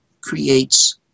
creates